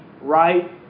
right